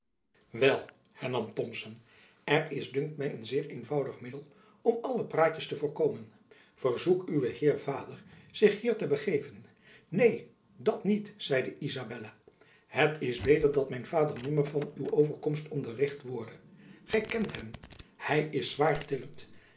hernam thomson er is dunkt my een zeer eenvoudig middel om alle praatjens te voorkomen verzoek uwen heer vader zich hier te begeven neen dat niet zeide izabella het is beter jacob van lennep elizabeth musch dat mijn vader nimmer van uw overkomst onderricht worde gy kent hem hy is